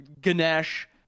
Ganesh